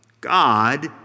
God